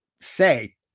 say